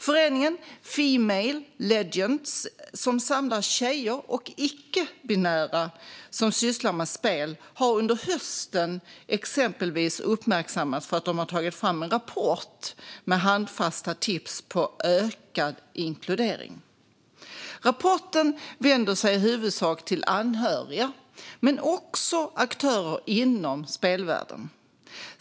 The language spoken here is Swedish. Föreningen Female Legends, som samlar tjejer och icke-binära som sysslar med spel, har exempelvis uppmärksammats under hösten för att man har tagit fram en rapport med handfasta tips för ökad inkludering. Rapporten vänder sig i huvudsak till anhöriga men också till aktörer inom spelvärlden.